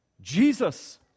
Jesus